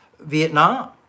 Vietnam